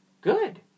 Good